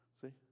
See